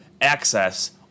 access